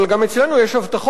אבל גם אצלנו יש הבטחות,